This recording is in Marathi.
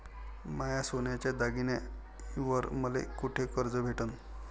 माया सोन्याच्या दागिन्यांइवर मले कुठे कर्ज भेटन?